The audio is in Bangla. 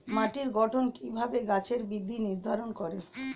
মাটির গঠন কিভাবে গাছের বৃদ্ধি নির্ধারণ করে?